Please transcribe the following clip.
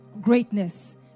greatness